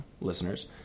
listeners